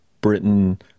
Britain